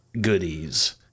goodies